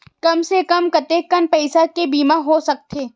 कम से कम कतेकन पईसा के बीमा हो सकथे?